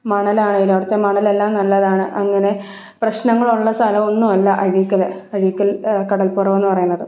മണലാണെങ്കിലും അവിടുത്തെ മണലെല്ലാം നല്ലതാണ് അങ്ങനെ പ്രശ്നങ്ങളുള്ള സ്ഥലമൊന്നുമല്ല അഴീക്കൽ അഴീക്കൽ കടൽപ്പുറമെന്ന് പറയുന്നത്